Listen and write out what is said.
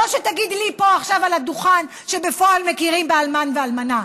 לא שתגיד לי פה עכשיו על הדוכן שבפועל מכירים באלמן ואלמנה.